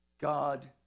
God